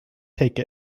take